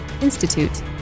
institute